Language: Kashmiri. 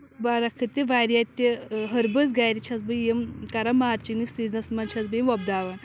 بَراَخٔت تہِ واریاہ تہِ ۂربٕس گرِ چھَس بہٕ یِم کران مارچنہِ سیٖزنَس منٛز چھَس بہٕ یِم وۄپداوان